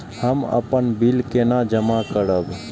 हम अपन बिल केना जमा करब?